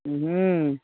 हूँ